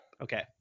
okay